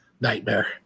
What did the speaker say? nightmare